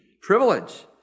privilege